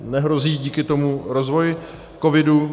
Nehrozí díky tomu rozvoj covidu?